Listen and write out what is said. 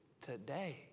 today